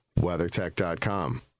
WeatherTech.com